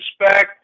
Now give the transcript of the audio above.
Respect